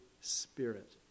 Spirit